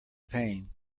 pain